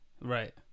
right